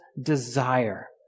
desire